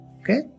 Okay